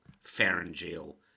pharyngeal